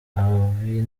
abi